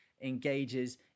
engages